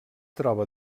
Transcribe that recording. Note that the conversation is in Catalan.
troba